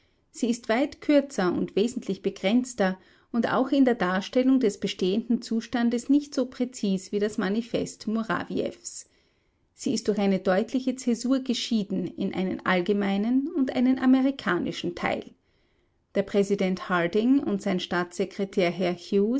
sie ist weit kürzer und wesentlich begrenzter und auch in der darstellung des bestehenden zustandes nicht so präzis wie das manifest murawiews sie ist durch eine deutliche cäsur geschieden in einen allgemeinen und einen amerikanischen teil der präsident harding und sein staatssekretär herr